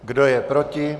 Kdo je proti?